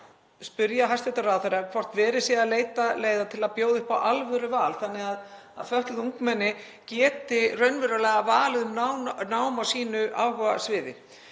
spyrja hæstv. ráðherra hvort verið sé að leita leiða til að bjóða upp á alvöruval þannig að fötluð ungmenni geti raunverulega valið um nám á sínu áhugasviði.